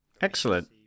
excellent